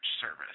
service